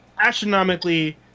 astronomically